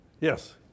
Yes